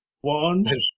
one